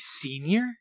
senior